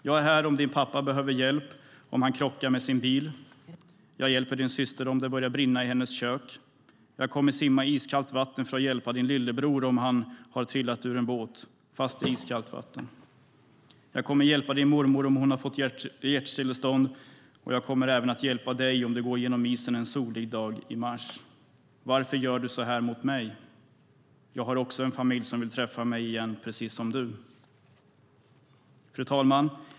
Jag är här om din pappa behöver hjälp om han krockar med sin bil, jag hjälper din syster om det börjar brinna i hennes kök. Jag kommer att simma i iskallt vatten för att hjälpa din lillebror om han trillat ur en båt även fast det är iskallt i vattnet. Jag kommer att hjälpa din mormor om hon får hjärtstillestånd och jag kommer även att hjälpa DIG om du går igenom isen en solig dag i mars. Varför gör du då så här mot mig? Jag har också en familj som vill träffa mig igen, precis som du!" Fru talman!